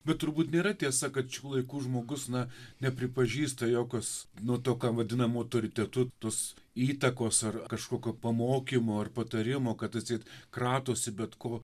bet turbūt nėra tiesa kad šių laikų žmogus na nepripažįsta jokios na to ką vadinam autoritetu tos įtakos ar kažkokio pamokymo ar patarimo kad atseit kratosi bet ko